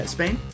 Spain